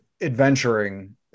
adventuring